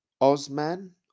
Osman